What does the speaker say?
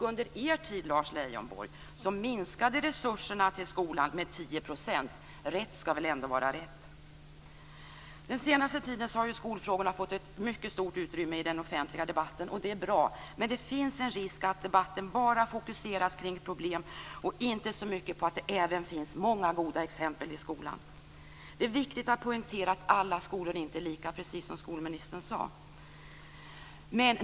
Under er tid, Lars Leijonborg, minskade resurserna till skolan med 10 %. Rätt skall väl ändå vara rätt. Den senaste tiden har skolfrågorna fått ett mycket stort utrymme i den offentliga debatten, och det är bra. Men det finns en risk att debatten bara fokuserar problem och inte så mycket på att det även finns många goda exempel i skolan. Det är, precis som skolministern sade, viktigt att poängtera att alla skolor inte är lika.